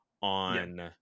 on